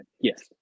yes